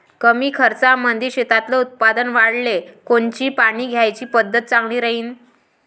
कमी खर्चामंदी शेतातलं उत्पादन वाढाले कोनची पानी द्याची पद्धत चांगली राहीन?